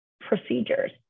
procedures